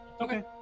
Okay